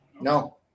No